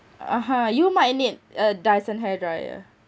(uh huh) you might need a dyson hair dryer